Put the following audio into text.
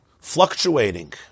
fluctuating